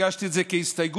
והגשתי את זה כהסתייגות.